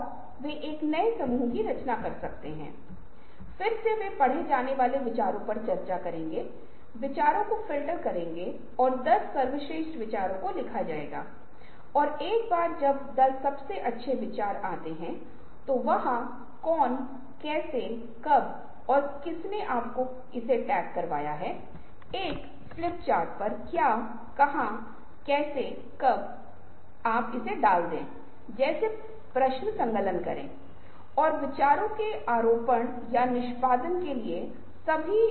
पिछले सत्र में जब मैंने आपसे सिद्धांतों के संदर्भ में रचनात्मकता के बारे में बात की थी मैंने बताया कि सोच के बारे में कई सिद्धांत हैं और आप देखते हैं कि डी बोनो की उनके कुछ विचारों के लिए आलोचना की गई है कि वे हमें अकादमिक सोच के संदर्भ में कितने उपयोगी हैं लेकिन डी बोनो के रचनात्मक सोच के संदर्भ में इसलिए आमतौर पर विचार बहुत सफल रहे हैं दोनों का उपयोग उद्योग में किया गया है और अकादमिक के संदर्भ में एक निश्चित विस्तार के लिए खोज की गई है